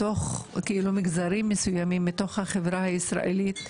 במגזרים מסוימים בחברה הישראלית,